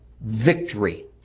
victory